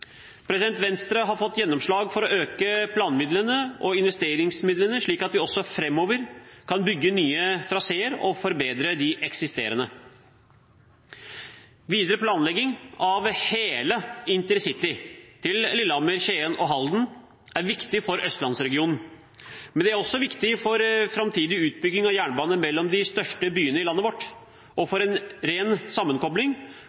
Venstre har fått gjennomslag for å øke planmidlene og investeringsmidlene, slik at vi også framover kan bygge nye traseer og forbedre de eksisterende. Videre planlegging av hele intercity til Lillehammer, Skien og Halden er viktig for Østlandsregionen, men det er også viktig for framtidig utbygging av jernbanen mellom de største byene i landet vårt og